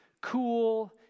cool